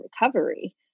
recovery